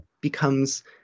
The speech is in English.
becomes